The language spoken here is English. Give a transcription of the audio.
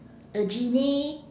a genie